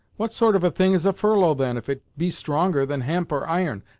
what sort of a thing is a furlough, then, if it be stronger than hemp or iron?